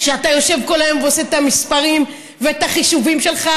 שאתה יושב כל היום ועושה את המספרים ואת החישובים שלך,